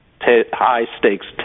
high-stakes